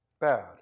bad